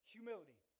Humility